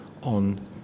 on